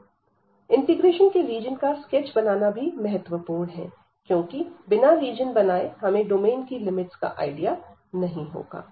integration के region का sketch बनाना भी महत्वपूर्ण है क्योंकि बिना रीजन बनाए हमें डोमेन की लिमिट्स का आईडिया नहीं होगा